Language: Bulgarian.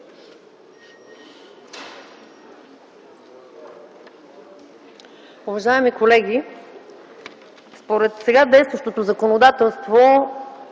Уважаеми колеги, според сега действащото законодателство